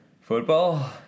football